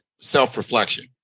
self-reflection